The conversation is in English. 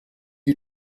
you